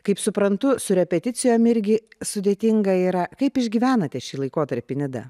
kaip suprantu su repeticijom irgi sudėtinga yra kaip išgyvenate šį laikotarpį nida